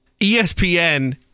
ESPN